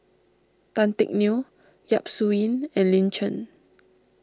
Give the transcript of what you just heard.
Tan Teck Neo Yap Su Yin and Lin Chen